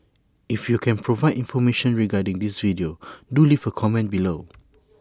if you can provide information regarding this video do leave A comment below